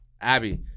Abby